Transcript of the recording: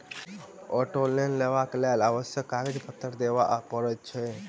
auto loan लेबाक लेल आवश्यक कागज पत्तर देबअ पड़ैत छै